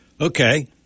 Okay